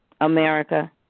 America